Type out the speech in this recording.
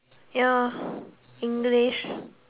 ya English